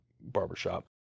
barbershop